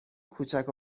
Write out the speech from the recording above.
کوچک